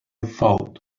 thought